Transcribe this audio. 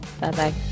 Bye-bye